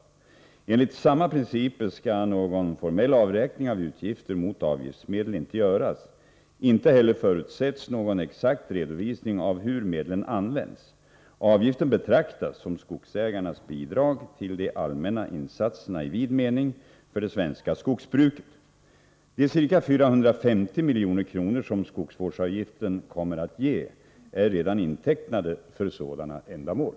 Enligt samma principer skall någon formell avräkning av utgifter mot avgiftsmedel inte göras. Inte heller förutsätts någon exakt redovisning av hur medlen används. Avgiften betraktas som skogsägarnas bidrag till de allmänna insatserna i vid mening för det svenska skogsbruket. De ca 450 milj.kr. som skogsvårdsavgiften kommer att ge är redan intecknade för sådana ändamål.